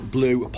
Blue